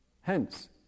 Hence